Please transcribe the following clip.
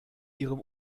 ihrem